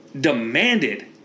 demanded